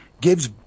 gives